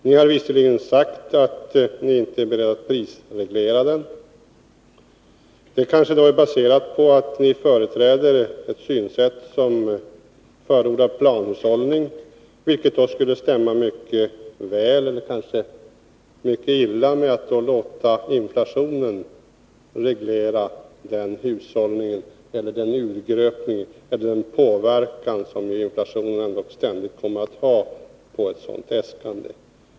Ni har visserligen sagt att ni inte är beredda att prisreglera den, men det är kanske baserat på att ni företräder ett synsätt som förordar planhushållning, vilket skulle stämma mycket väl — eller kanske mycket illa — med att ni då låter inflationen reglera detta. Det blir alltså fråga om en urgröpning på grund av den påverkan som inflationen ständigt skulle ha på ett sådant äskande.